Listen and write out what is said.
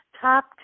top